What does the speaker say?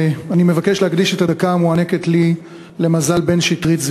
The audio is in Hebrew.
אני מבקש להקדיש את הדקה המוענקת לי למזל בן-שטרית,